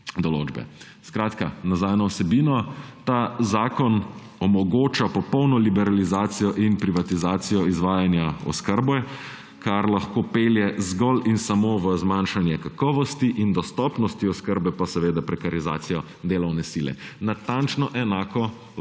določbe. Skratka, nazaj na vsebino. Ta zakon omogoča popolno liberalizacijo in privatizacijo izvajanja oskrbe, kar lahko pelje zgolj in samo v zmanjšanje kakovosti in dostopnosti oskrbe, pa seveda prekarizacijo delovne sile. Natančno enako